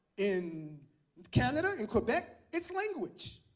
in canada, in quebec, it's language.